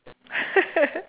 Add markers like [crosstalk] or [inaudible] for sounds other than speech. [laughs]